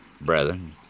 brethren